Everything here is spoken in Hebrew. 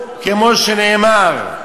כמו שנאמר,